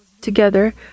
together